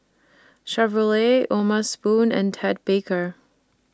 Chevrolet O'ma Spoon and Ted Baker